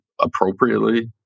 appropriately